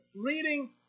reading